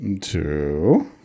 Two